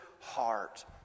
heart